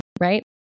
right